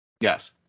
Yes